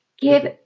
Give